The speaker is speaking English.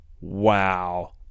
Wow